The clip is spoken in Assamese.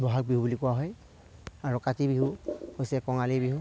বহাগ বিহু বুলি কোৱা হয় আৰু কাতি বিহু হৈছে কঙালী বিহু